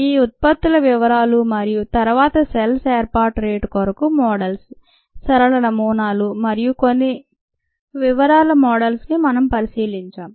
ఈ ఉత్పత్తుల వివరాలు మరియు తరువాత సెల్స్ ఏర్పాటు రేటు కొరకు మోడల్స్ సరళ నమూనాలు మరియు కొన్ని వివరాల మోడల్స్ ని మనము పరిశీలించాం